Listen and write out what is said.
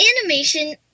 animation